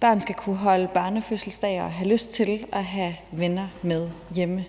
børn skal kunne holde børnefødselsdage og have lyst til at have venner med hjemme.